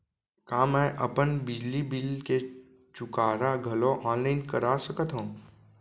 का मैं अपन बिजली बिल के चुकारा घलो ऑनलाइन करा सकथव?